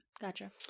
Gotcha